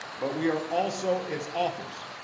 but we are also its author.